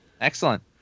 Excellent